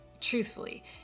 truthfully